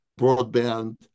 broadband